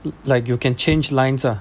it like you can change lines ah